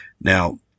Now